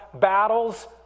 battles